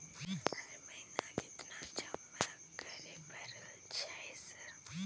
हर महीना केतना जमा करे परय छै सर?